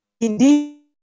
indeed